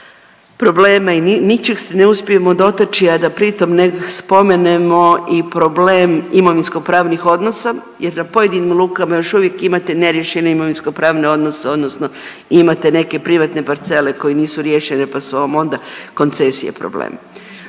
problema i ničeg se ne uspijemo dotaći, a da pritom ne spomenemo i problem imovinsko-pravnih odnosa. Jer na pojedinim lukama još uvijek imate neriješene imovinsko-pravne odnose, odnosno imate neke privatne parcele koje nisu riješene pa su vam onda koncesije problem.